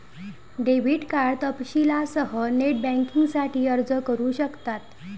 debit card तपशीलांसह net बँकिंगसाठी अर्ज करू शकतात